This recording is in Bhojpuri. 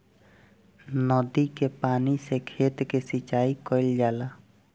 नदी के पानी से खेत के सिंचाई कईल जाला